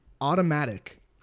Automatic